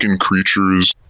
creatures